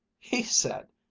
he said,